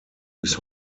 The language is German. bis